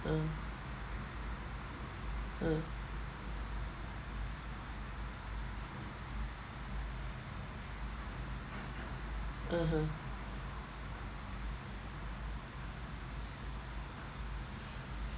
uh uh (uh huh)